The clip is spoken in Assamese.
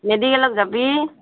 মেডিকেলত যাবি